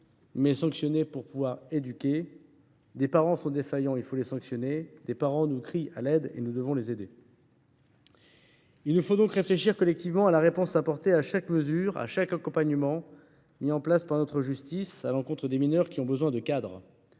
les entoure. Il s’agit d’éduquer. Des parents sont défaillants, il faut les sanctionner ; des parents crient à l’aide, nous devons les aider. Il nous faut donc réfléchir collectivement à la réponse à apporter, à chaque mesure et à chaque accompagnement mis en place par notre justice à l’encontre des mineurs qui ont besoin de cadre